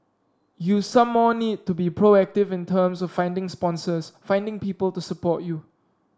you some more need to be proactive in terms of finding sponsors finding people to support you